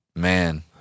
man